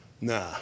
Nah